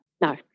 No